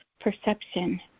perception